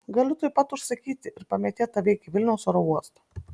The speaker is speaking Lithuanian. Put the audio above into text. galiu tuoj pat užsakyti ir pamėtėt tave iki vilniaus oro uosto